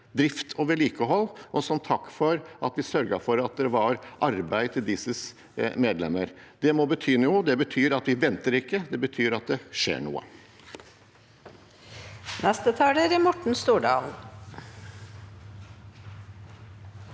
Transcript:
drift og vedlikehold, og som takk for at vi sørget for at det var arbeid til deres medlemmer. Det må bety noe. Det betyr at vi ikke venter. Det betyr at det skjer noe. Morten Stordalen